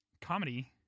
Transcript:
comedy